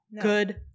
Good